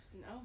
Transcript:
no